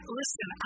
listen